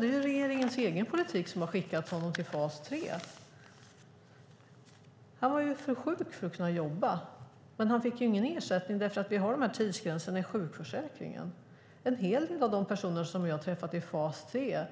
Det är regeringens egen politik som har skickat honom till fas 3. Han var ju för sjuk för att kunna jobba, men han fick ingen ersättning eftersom vi har tidsgränser i sjukförsäkringen. En hel del av de personer jag har träffat i fas 3